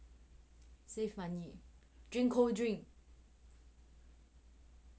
save money drink cold drink